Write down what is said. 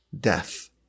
death